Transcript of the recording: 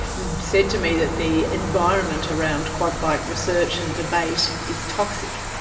you said to me that the environment around quad bike research and debate is toxic.